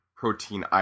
protein